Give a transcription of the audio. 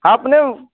आपने